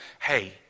hey